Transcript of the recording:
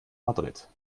madrid